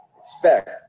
expect